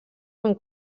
amb